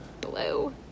Blue